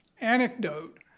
anecdote